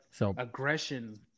aggression